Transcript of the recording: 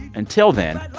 until then,